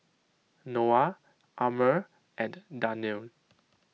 Noah Ammir and Danial